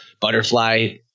butterfly